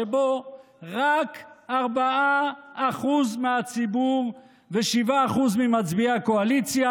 שבו רק 4% מהציבור ו-7% ממצביעי הקואליציה